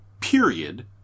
period